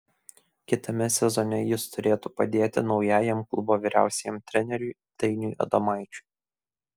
kitame sezone jis turėtų padėti naujajam klubo vyriausiajam treneriui dainiui adomaičiui